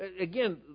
Again